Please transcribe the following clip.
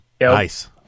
Nice